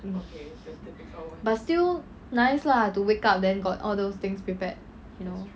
um but still nice lah to wake up then got all those things prepared you know